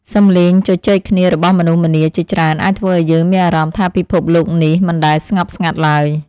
សំឡេងជជែកគ្នារបស់មនុស្សម្នាជាច្រើនអាចធ្វើឱ្យយើងមានអារម្មណ៍ថាពិភពលោកនេះមិនដែលស្ងប់ស្ងាត់ឡើយ។